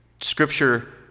Scripture